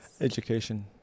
Education